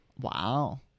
wow